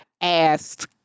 asked